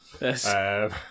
Yes